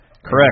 Correct